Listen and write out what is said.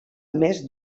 més